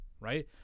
right